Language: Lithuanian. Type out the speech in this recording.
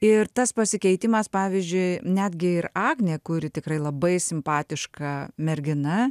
ir tas pasikeitimas pavyzdžiui netgi ir agnė kuri tikrai labai simpatiška mergina